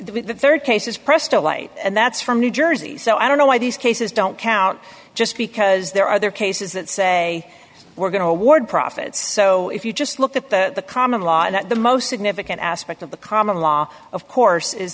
case that the rd cases prestolite and that's from new jersey so i don't know why these cases don't count just because there are other cases that say we're going to award profits so if you just look at the common law and that the most significant aspect of the common law of course is